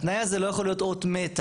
התנאי הזה לא יכול להיות אות מתה.